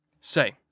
Say